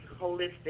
holistic